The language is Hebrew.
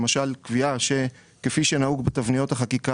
למשל קביעה - כפי שנהוג בתבניות החקיקה